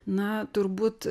na turbūt